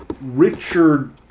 Richard